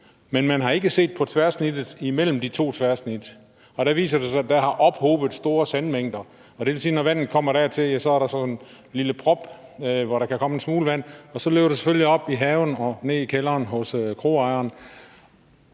men man har ikke set på tværsnittet imellem de to tværsnit. Dér viser det sig at store sandmængder har ophobet sig, og det vil sige, at når vandet kommer dertil, er der sådan en lille prop, hvor der kan komme en smule vand igennem, og så løber resten selvfølgelig op i haven og ned i kælderen hos kroejeren.